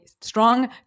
strong